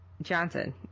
Johnson